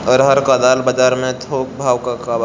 अरहर क दाल बजार में थोक भाव का बा?